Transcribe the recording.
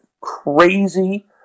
crazy